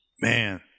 man